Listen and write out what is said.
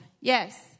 Yes